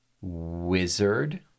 wizard